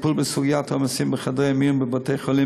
הטיפול בסוגיית העומסים בחדרי המיון בבתי-החולים